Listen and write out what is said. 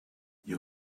you